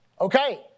okay